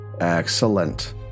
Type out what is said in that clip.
Excellent